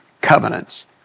covenants